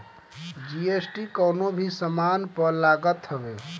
GST कवनो भी सामान पअ लागत हवे